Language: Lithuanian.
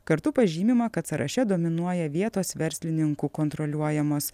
kartu pažymima kad sąraše dominuoja vietos verslininkų kontroliuojamos